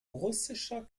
russischer